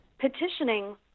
petitioning